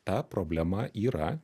ta problema yra